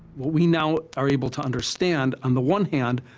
what we now are able to understand, on the one hand,